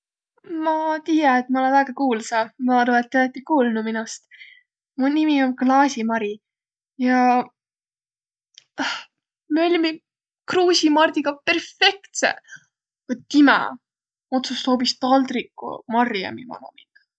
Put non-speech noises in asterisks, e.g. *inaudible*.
Ma tiiä, et ma olõ väega kuulsa. Ma arva, et ti olõti kuulnu minost. Mu nimi om Klaasi Mari. Ja *hesitation* mi ollimi Kruusi Mardiga perfektseq! A timä otsust' hoobis Taldriku Marjami manoq minnäq.